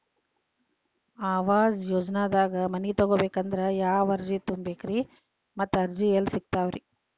ಆವಾಸ ಯೋಜನೆದಾಗ ಮನಿ ತೊಗೋಬೇಕಂದ್ರ ಯಾವ ಅರ್ಜಿ ತುಂಬೇಕ್ರಿ ಮತ್ತ ಅರ್ಜಿ ಎಲ್ಲಿ ಸಿಗತಾವ್ರಿ?